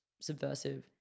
subversive